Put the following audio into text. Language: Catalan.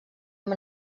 amb